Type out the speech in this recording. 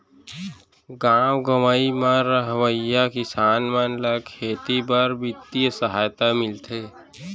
गॉव गँवई म रहवइया किसान मन ल खेती बर बित्तीय सहायता मिलथे